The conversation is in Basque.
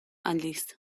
aldiz